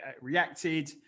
reacted